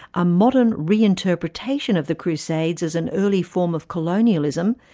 a modern reinterpretation of the crusades as an early form of colonialism,